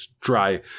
dry